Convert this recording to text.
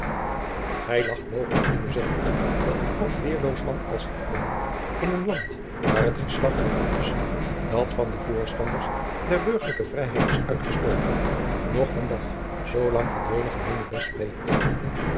gij lacht mogelijk in u zelven dat een oud weerloos man als ik ben in een land waar het geslacht der brutussen dat van de voorstanders der burgerlijke vrijheid is uitgestorven nog van dat zoo lang verdwenen gemeenebest spreekt